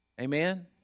Amen